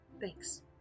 Thanks